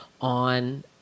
on